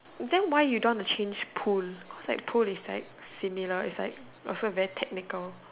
then why you don't want to change pool cause pool is like similar is like also very technical